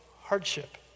hardship